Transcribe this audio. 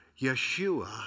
Yeshua